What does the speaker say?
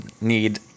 need